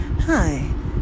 Hi